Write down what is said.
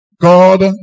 God